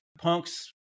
Punk's